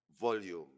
volume